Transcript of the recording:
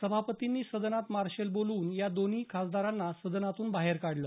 सभापतींनी सदनात मार्शल बोलावून या दोन्ही खासदारांना सदनातून बाहेर काढलं